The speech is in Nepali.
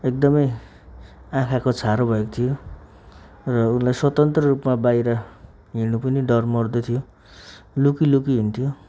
एकदमै आँखाको छारो भएको थियो र उसलाई स्वतन्त्र रूपमा बाहिर हिँड्नु पनि डरमर्दो थियो लुकिलुकि हिँड्थ्यो